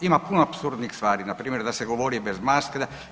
Ima puno apsurdnih stvari npr. da se govori bez maske.